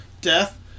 Death